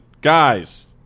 Guys